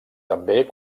també